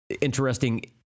interesting